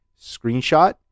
screenshot